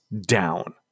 down